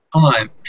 time